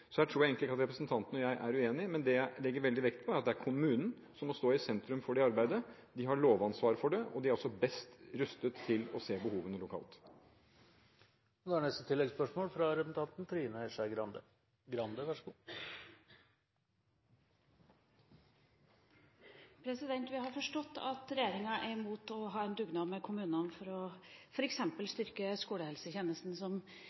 Her tror jeg egentlig ikke at representanten og jeg er uenige, men det jeg legger veldig vekt på, er at det er kommunen som må stå i sentrum for det arbeidet. De har lovansvaret for det, og de er også best rustet til å se behovene lokalt. Trine Skei Grande – til oppfølgingsspørsmål. Vi har forstått at regjeringa er imot å ha en dugnad i kommunene f.eks. for å